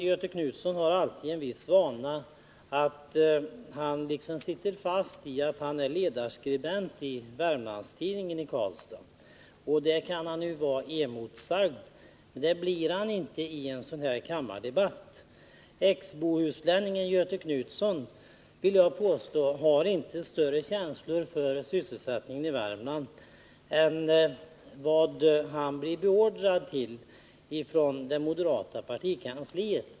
Göthe Knutson sitter alltid litet fast i att han är ledarskribent i Värmlandstidningen i Karlstad. Där kan han ju vara oemotsagd, men det blir han inte i en sådan här kammardebatt. Ex-bohuslänningen Göthe Knutson, vill jag påstå, har inte större känslor för sysselsättning i Värmlandän vad han blev beordrad till ifrån det moderata partikansliet.